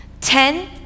Ten